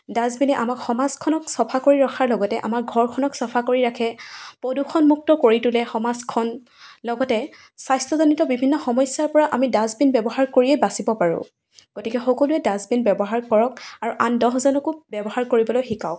ডাষ্টবিনে আমাক সমাজখনক চফা কৰি ৰখাৰ লগতে আমাৰ ঘৰখনক চফা কৰি ৰাখে প্ৰদূক্ষণমুক্ত কৰি তুলে সমাজখন লগতে স্বাস্থ্যজনিত বিভিন্ন সমস্যাৰপৰা আমি ডাষ্টবিন ব্যৱহাৰ কৰিয়ে বাচিব পাৰো গতিকে সকলোৱে ডাষ্টবিন ব্যৱহাৰ কৰক আৰু আন দহজনকো ব্যৱহাৰ কৰিবলৈ শিকাওক